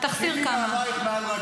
תחסיר כמה.